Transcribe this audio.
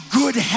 good